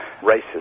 racist